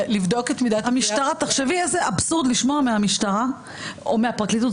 לבדוק את מידת --- תחשבי איזה אבסורד לשמוע מהמשטרה או מהפרקליטות,